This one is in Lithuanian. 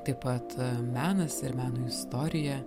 taip pat menas ir meno istorija